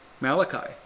Malachi